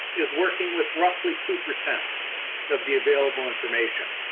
is working with roughly two percent of the available information.